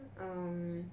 um